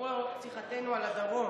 אפרופו שיחתנו על הדרום.